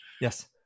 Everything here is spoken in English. Yes